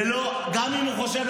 גם אם הוא חושב,